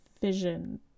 vision